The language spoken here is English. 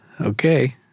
Okay